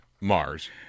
Mars